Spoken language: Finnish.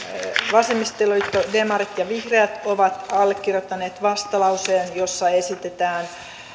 vasemmistoliitto demarit ja vihreät ovat allekirjoittaneet vastalauseen jossa esitetään